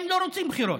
הם לא רוצים בחירות.